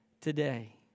today